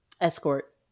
escort